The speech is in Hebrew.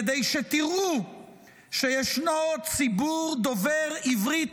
כדי שתראו שישנו ציבור רחב דובר עברית